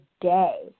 day